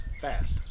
fast